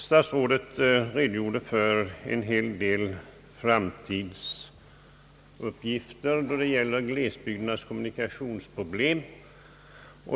Herr talman! Herr statsrådet lämnade en hel del framtidsuppgifter när det gäller glesbygdernas kommunikationsproblem.